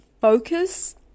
focus